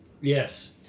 Yes